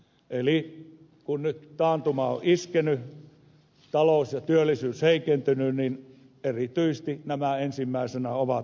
eli kun nyt taantuma on iskenyt talous ja työllisyys heikentyneet niin erityisesti nämä ensimmäisenä ovat ahdingossa